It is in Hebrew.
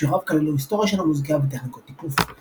שיעוריו כללו היסטוריה של המוזיקה וטכניקות תיפוף.